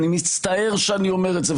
אני מצטער שאני אומר את זה,